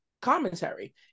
commentary